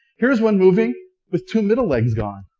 here's one moving with two middle legs gone.